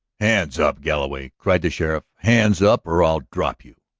hands up, galloway! cried the sheriff. hands up or i'll drop you.